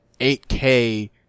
8K